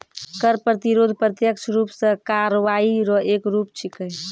कर प्रतिरोध प्रत्यक्ष रूप सं कार्रवाई रो एक रूप छिकै